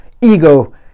ego